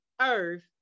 earth